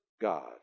God